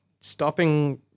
stopping